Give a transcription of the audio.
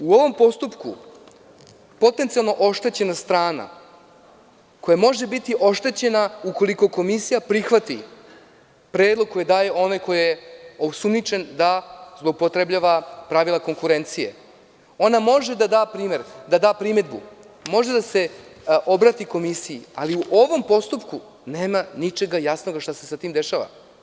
U ovom postupku potencijalno oštećena strana, koja može biti oštećena ukoliko komisija prihvati predlog koji daje onaj ko je osumnjičen da zloupotrebljava pravila konkurencije, ona može da da primedbu, može da se obrati komisiji, ali u ovom postupku nema ničeg jasnog šta se sa tim dešava.